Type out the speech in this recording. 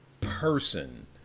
person